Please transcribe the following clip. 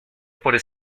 por